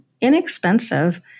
inexpensive